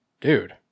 dude